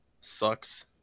Sucks